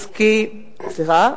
סקי, היאבקות,